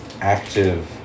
active